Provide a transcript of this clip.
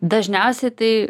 dažniausiai tai